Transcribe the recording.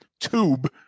tube